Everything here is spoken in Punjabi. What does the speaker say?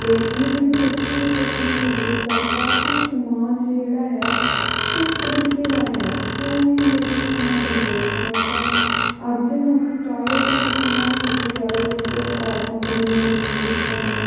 ਅਤੇ ਇਹਨੇ ਮੈਨੂੰ ਸੱਚੀ ਇਹ ਸੋਚਣ ਲਈ ਮਜ਼ਬੂਰ ਕਰਤਾ ਕਿ ਸਮਾਜ ਜਿਹੜਾ ਹੈ ਕਿਸ ਤਰੀਕੇ ਦਾ ਹੈ ਕਿਉਂ ਇਹ ਲੇਡੀਜ਼ ਨੂੰ ਇੰਨਾ ਕਮਜ਼ੋਰ ਸਮਝਦਾ ਹੈ ਅੱਜ ਹੁਣ ਚਾਹੇ ਤੁਸੀਂ ਕਿੰਨਾ ਵੀ ਮਰਜ਼ੀ ਕਹਿ ਲਓ ਵੀ ਇੱਕ ਔਰਤਾਂ ਕਿੰਨੀਆਂ ਮਜ਼ਬੂਤ ਨੇ